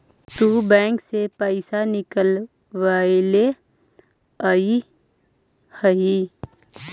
तु बैंक से पइसा निकलबएले अइअहिं